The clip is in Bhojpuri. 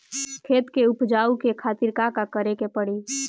खेत के उपजाऊ के खातीर का का करेके परी?